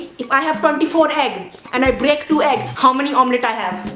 if i have twenty four egg and i break two egg. how many omelet i have?